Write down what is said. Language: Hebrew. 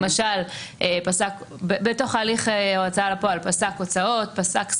למשל בתוך הליך ההוצאה לפועל פסק הוצאות, פסק שכר,